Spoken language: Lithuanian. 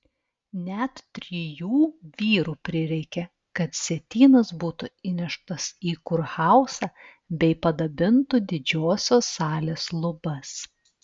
net trijų vyrų prireikė kad sietynas būtų įneštas į kurhauzą bei padabintų didžiosios salės lubas